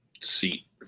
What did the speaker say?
seat